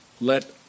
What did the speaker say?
Let